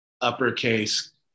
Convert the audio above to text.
uppercase